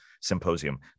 symposium